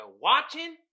watching